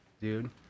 dude